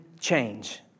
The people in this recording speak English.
change